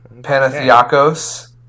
Panathiakos